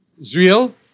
Israel